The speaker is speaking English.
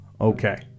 okay